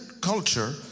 culture